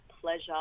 pleasure